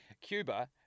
Cuba